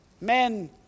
Men